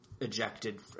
ejected